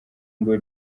ngo